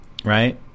right